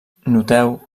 noteu